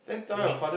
which